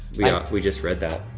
yeah, we just read that.